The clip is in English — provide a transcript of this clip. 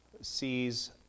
sees